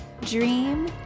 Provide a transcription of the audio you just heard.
Dream